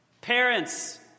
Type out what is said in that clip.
Parents